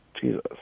Jesus